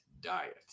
diet